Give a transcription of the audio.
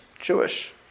Jewish